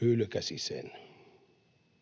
hylkäsi sen.